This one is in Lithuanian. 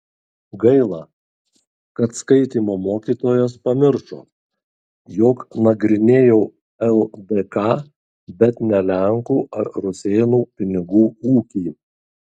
gaila kad skaitymo mokytojas pamiršo jog nagrinėjau ldk bet ne lenkų ar rusėnų pinigų ūkį